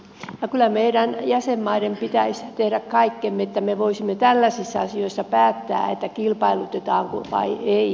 kyllä meidän jäsenmaiden pitäisi tehdä kaikkemme että me voisimme tällaisissa asioissa päättää kilpailutetaanko vai ei